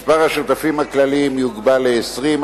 מספר השותפים הכלליים יוגבל ל-20,